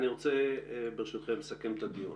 אני רוצה ברשותכם לסכם את הדיון,